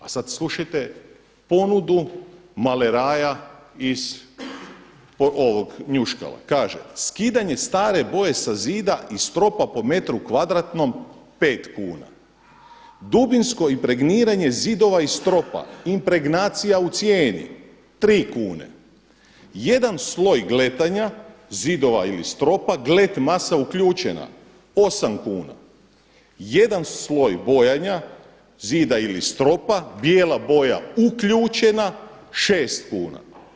A sada slušajte ponudu maleraja iz ovog Njuškala, kaže skidanje stare boje sa zida i stropa po metru kvadratnom pet kuna, dubinsko impregniranje zidova i stropa impregnacija u cijeni tri kune, jedan sloj gletanja zidova ili stropa glet masa uključena osam kuna, jedan sloj bojanja zida ili stropa bijela boja uključena šest kuna.